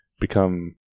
become